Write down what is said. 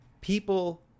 People